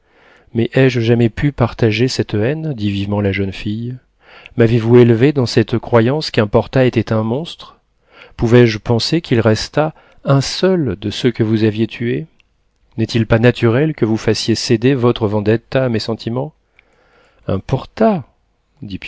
mais ai-je jamais pu partager cette haine dit vivement la jeune fille m'avez-vous élevée dans cette croyance qu'un porta était un monstre pouvais-je penser qu'il restât un seul de ceux que vous aviez tués n'est-il pas naturel que vous fassiez céder votre vendetta à mes sentiments un